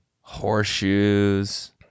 horseshoes